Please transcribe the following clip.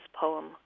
poem